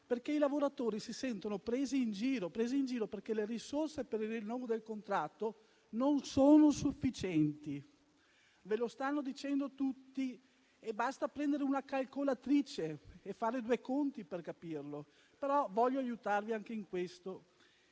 perché i lavoratori si sentono presi in giro, perché le risorse per il rinnovo del contratto non sono sufficienti. Ve lo stanno dicendo tutti ed è sufficiente prendere una calcolatrice e fare due conti per capirlo, però voglio aiutarvi anche in questo.